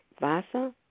Vasa